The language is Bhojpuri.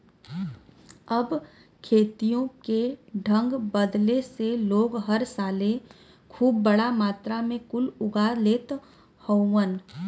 अब खेतियों के ढंग बदले से लोग हर साले खूब बड़ा मात्रा मे कुल उगा लेत हउवन